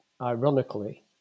ironically